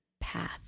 path